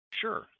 Sure